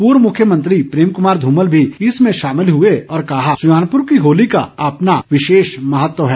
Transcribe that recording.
पूर्व मुख्यमंत्री प्रेम कुमार धूमल भी इसमें शामिल हुए और कहा कि सुजानपुर की होली का अपना अलग ही महत्व है